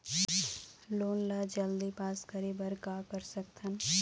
Loan ला जल्दी pass करे बर का कर सकथन?